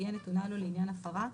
תהיה נתונה לו לעניין הפרה,